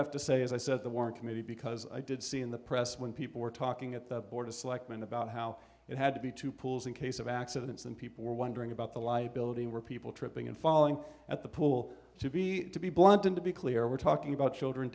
have to say as i said the word committee because i did see in the press when people were talking at the board of selectmen about how it had to be two pools in case of accidents and people were wondering about the liability were people tripping and falling at the pul to be to be blunt and to be clear we're talking about children